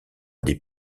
des